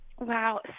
Wow